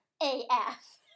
AF